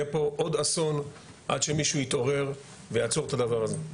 יהיה פה עוד אסון עד שמישהו יתעורר ויעצור את הדבר הזה.